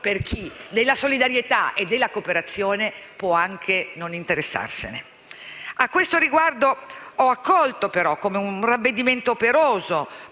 per chi della solidarietà e della cooperazione può anche non interessarsi. A questo riguardo ho accolto come un ravvedimento operoso